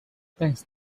thanks